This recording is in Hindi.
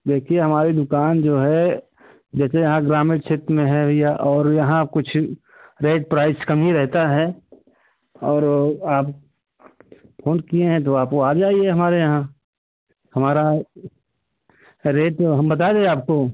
देखिए हमारी दुकान जो है जैसे यहाँ ग्रामीण क्षेत्र में है भैया और यहाँ कुछ रेट प्राइस कम ही रहता है और आप फोन किए हैं तो आप गो आ जाईए हमारे यहाँ हमारा रेट हम बता दें आपको